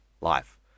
life